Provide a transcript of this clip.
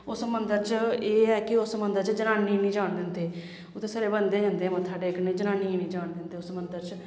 उस मन्दर च एह् ऐ कि उस मन्दर च जनानियें नी जान दिंदे उत्थे छड़े बंदे गै जंदे मत्था टेकन जनानियें नी जान दिंदे उस मन्दर च